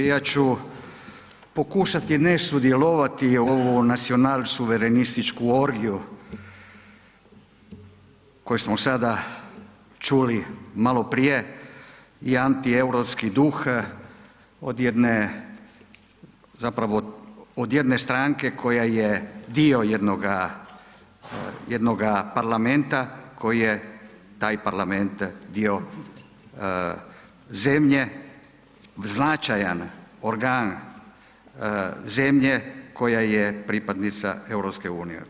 Ja ću pokušati ne sudjelovati ovu nacional-suverenističku orgiju koju smo sada čuli maloprije i antieuropski duh od jedne zapravo od jedne stranke koja je dio jednoga Parlamenta koji je taj Parlament dio zemlje, značajan organ zemlje koja je pripadnica EU-a.